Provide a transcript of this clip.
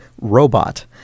Robot